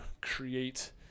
create